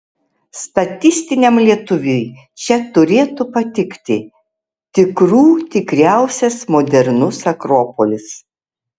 statistiniam lietuviui čia turėtų patikti tikrų tikriausias modernus akropolis